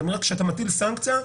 כשאתה מטיל סנקציה,